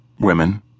women